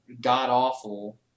god-awful